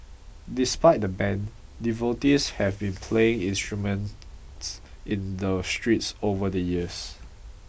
despite the ban devotees have been playing instruments in the streets over the years